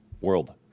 world